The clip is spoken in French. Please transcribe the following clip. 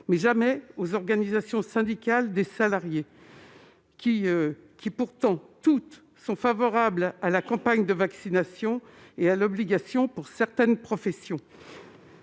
jamais les organisations syndicales de salariés. Pourtant, toutes sont favorables à la campagne de vaccination et à l'obligation vaccinale pour certaines professions.